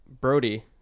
Brody